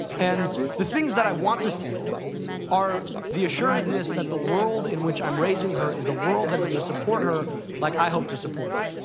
and the things that i want to feel are the assuredness that the world in which i'm raising her is a world that is going to support her like i hope to support her,